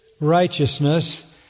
righteousness